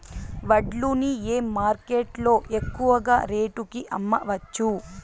వడ్లు ని ఏ మార్కెట్ లో ఎక్కువగా రేటు కి అమ్మవచ్చు?